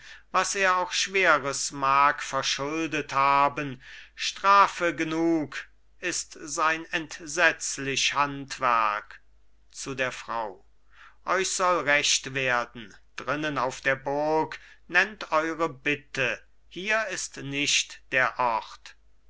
was er auch schweres mag verschuldet haben strafe genug ist sein entsetzlich handwerk zu der frau euch soll recht werden drinnen auf der burg nennt eure bitte hier ist nicht der ort